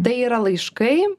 tai yra laiškai